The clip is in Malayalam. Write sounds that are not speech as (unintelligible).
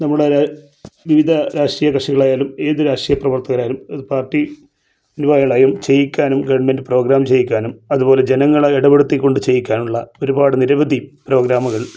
നമ്മുടെ രാ വിവിധ രാഷ്ട്രീയ കക്ഷികളായാലും ഏത് രാഷ്ട്രീയ പ്രവർത്തകരായാലും ഒര് പാർട്ടി (unintelligible) ചെയ്യിക്കാനും ഗെവൺമൻട് പ്രോഗ്രാം ചെയ്യിക്കാനും അതുപോലെ ജനങ്ങളെ ഇടപെടുത്തിക്കൊണ്ട് ചെയ്യിക്കാനുള്ള ഒരുപാട് നിരവധി പ്രോഗ്രാമുകൾ